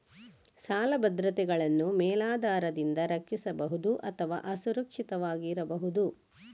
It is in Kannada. ಸಾಲ ಭದ್ರತೆಗಳನ್ನು ಮೇಲಾಧಾರದಿಂದ ರಕ್ಷಿಸಬಹುದು ಅಥವಾ ಅಸುರಕ್ಷಿತವಾಗಿರಬಹುದು